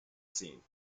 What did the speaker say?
scene